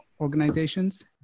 organizations